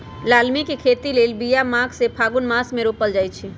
लालमि के खेती लेल बिया माघ से फ़ागुन मास मे रोपल जाइ छै